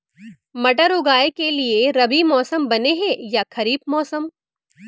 मटर उगाए के लिए रबि मौसम बने हे या खरीफ मौसम?